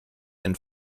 and